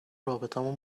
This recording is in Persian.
رابطمون